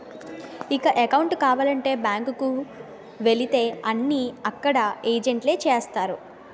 ఇక అకౌంటు కావాలంటే బ్యాంకు కు వెళితే అన్నీ అక్కడ ఏజెంట్లే చేస్తారు